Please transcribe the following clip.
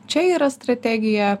čia yra strategija